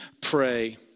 pray